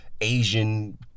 Asian